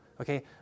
Okay